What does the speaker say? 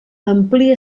amplia